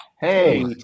Hey